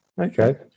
Okay